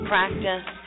Practice